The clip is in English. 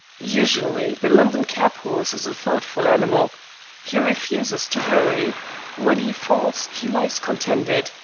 usually, the london cab-horse is a thoughtful animal he refuses to hurry when he falls he lies contented,